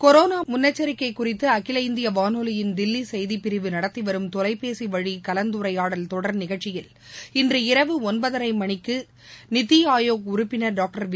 corona முன்னெச்சரிக்கை குறித்து அகில இந்திய வானொலியின் தில்லி செய்திப்பிரிவு நடத்திவரும் தொலைபேசிவழி கலந்துரையாடல் தொடர் நிகழ்ச்சியில் இன்றிரவு ஒன்பதரை மணிக்கு நிதி ஆயோக் உறுப்பினர் டாக்டர் வி